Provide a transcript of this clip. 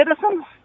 citizens